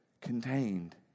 contained